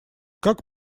как